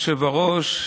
אדוני היושב-ראש,